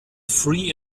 free